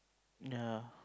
ya